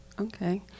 Okay